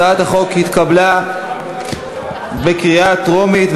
הצעת החוק התקבלה בקריאה טרומית,